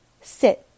sit